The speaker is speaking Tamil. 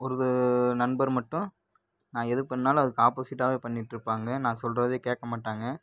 ஒரு நண்பர் மட்டும் நான் எது பண்ணாலும் அதுக்கு ஆப்போசிட்டாவே பண்ணிட்டு இருப்பாங்க நான் சொல்கிறதே கேட்கமாட்டாங்க